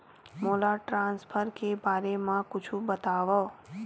मोला ट्रान्सफर के बारे मा कुछु बतावव?